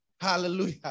Hallelujah